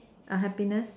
unhappiness